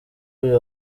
uyu